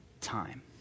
time